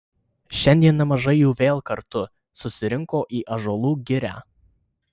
šiandien nemažai jų vėl kartu susirinko į ąžuolų girią